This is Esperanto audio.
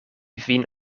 vin